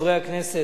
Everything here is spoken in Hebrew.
חברי הכנסת,